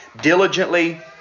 diligently